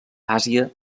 àsia